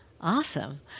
Awesome